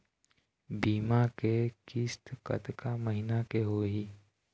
बीमा के किस्त कतका महीना के होही?